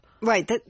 Right